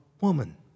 woman